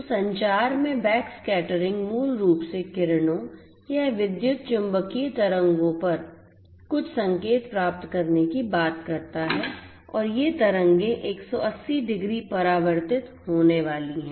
तो संचार में बैकस्कैटरिंग मूल रूप से किरणों या विद्युत चुम्बकीय तरंगों पर कुछ संकेत प्राप्त करने की बात करता है और ये तरंगें 180 डिग्री परावर्तित होने वाली हैं